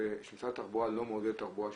שמשרד התחבורה לא מעודד תחבורה שיתופית,